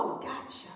gotcha